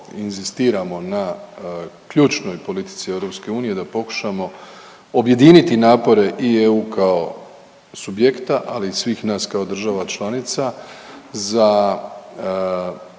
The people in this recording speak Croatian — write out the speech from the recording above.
inzistiramo na ključnoj politici EU da pokušamo objediniti napore i EU kao subjekta, ali i svih nas kao država članica za